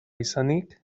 izanik